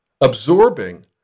absorbing